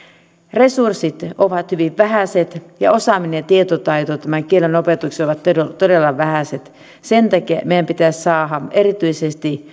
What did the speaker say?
resurssit ovat hyvin vähäiset ja osaaminen ja tietotaito tämän kielen opetukseen ovat todella vähäiset sen takia meidän pitäisi saada erityisesti